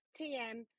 TM